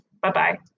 Bye-bye